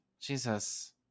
Jesus